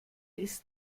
ist